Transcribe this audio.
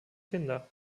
kinder